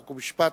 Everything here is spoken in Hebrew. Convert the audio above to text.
חוק ומשפט,